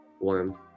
warm